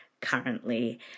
currently